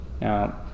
Now